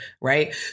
right